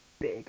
big